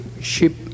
ship